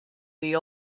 the